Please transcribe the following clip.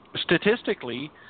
Statistically